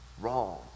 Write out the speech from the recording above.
wrong